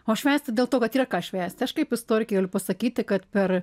o švęsti dėl to kad yra ką švęsti aš kaip istorikė pasakyti kad per